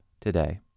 today